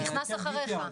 נכנס אחרייך.